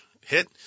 hit